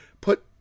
put